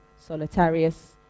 solitarius